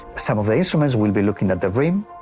some of the instruments will be looking at the rim.